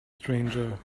stranger